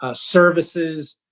ah services,